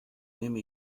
nehme